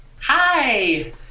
Hi